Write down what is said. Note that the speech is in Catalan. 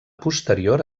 posterior